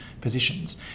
positions